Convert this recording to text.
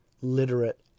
literate